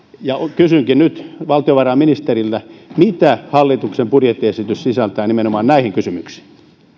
kysynkin nyt valtiovarainministeriltä mitä hallituksen budjettiesitys sisältää nimenomaan näihin kysymyksiin